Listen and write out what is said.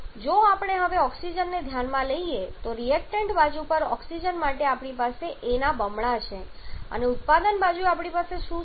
જો આપણે હવે ઓક્સિજનને ધ્યાનમાં લઈએ તો રિએક્ટન્ટ બાજુ પર ઓક્સિજન માટે આપણી પાસે a ના બમણા છે અને ઉત્પાદન બાજુએ આપણી પાસે શું છે